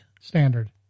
standard